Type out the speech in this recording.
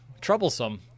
troublesome